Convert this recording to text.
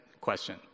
question